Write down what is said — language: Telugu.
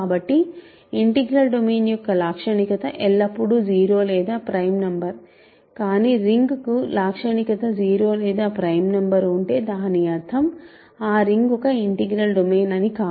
కాబట్టి ఇంటిగ్రల్ డొమైన్ యొక్క లాక్షణికత ఎల్లప్పుడూ 0 లేదా ప్రైమ్ నంబర్ కానీ రింగ్కు లాక్షణికత 0 లేదా ప్రైమ్ నంబర్ ఉంటే దాని అర్థం ఆ రింగ్ ఒక ఇంటిగ్రల్ డొమైన్ అని కాదు